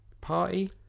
party